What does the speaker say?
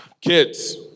Kids